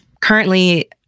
currently